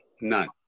none